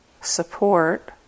support